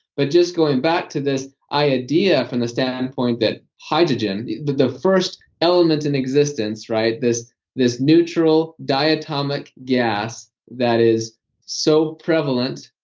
but just going back to this idea from the standpoint that hydrogen, the first element in existence, right, this this neutral diatomic gas that is so prevalent,